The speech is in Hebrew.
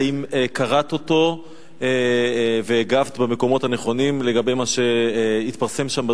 האם קראת אותו והגבת במקומות הנכונים לגבי מה שהתפרסם שם בדוח?